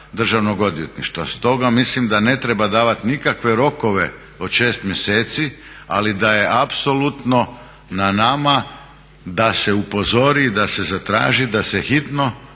Državnog odvjetništva. Stoga mislim da ne treba davati nikakve rokove od šest mjeseci, ali da je apsolutno na nama da se upozori i da se zatraži da se hitno